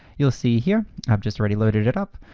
you'll see here, i've just ready loaded it up,